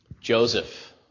Joseph